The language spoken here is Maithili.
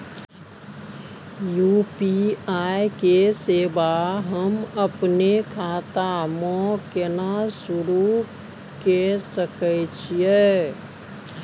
यु.पी.आई के सेवा हम अपने खाता म केना सुरू के सके छियै?